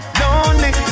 lonely